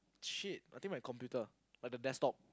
shit I think my computer like the desktop